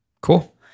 Cool